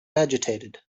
agitated